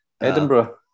edinburgh